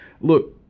Look